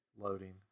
Loading